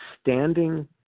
standing